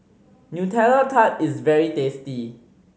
Nutella Tart is very tasty